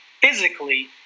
physically